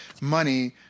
money